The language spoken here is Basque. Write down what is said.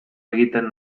egiten